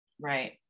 Right